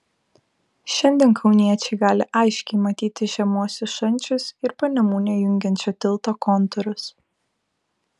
šiandien kauniečiai gali aiškiai matyti žemuosius šančius ir panemunę jungiančio tilto kontūrus